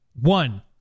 one